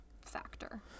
factor